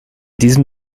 diesem